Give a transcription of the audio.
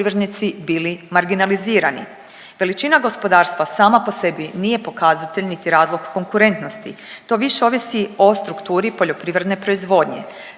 poljoprivrednici bili marginalizirani. Veličina gospodarstva sama po sebi nije pokazatelj niti razlog konkurentnosti. To više ovisi o strukturi poljoprivredne proizvodnje.